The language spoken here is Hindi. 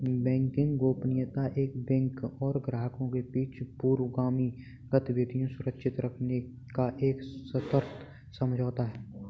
बैंकिंग गोपनीयता एक बैंक और ग्राहकों के बीच पूर्वगामी गतिविधियां सुरक्षित रखने का एक सशर्त समझौता है